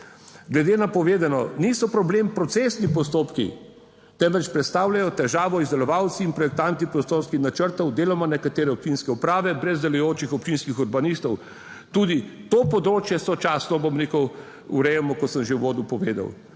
Glede na povedano niso problem procesni postopki, temveč predstavljajo težavo izdelovalci in projektanti prostorskih načrtov, deloma nekatere občinske uprave brez delujočih občinskih urbanistov. Tudi to področje sočasno, bom rekel, urejamo, kot sem že v uvodu povedal.